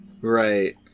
Right